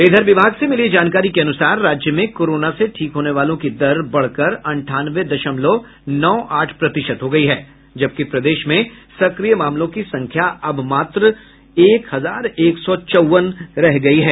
इधर विभाग से मिली जानकारी के अनुसार राज्य में कोरोना से ठीक होने वालों की दर बढ़कर अंठानवे दशमलव नौ आठ प्रतिशत हो गयी है जबकि प्रदेश में सक्रिय मामलों की संख्या अब मात्र एक हजार एक सौ चौवन रह गयी है